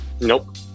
Nope